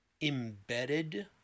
embedded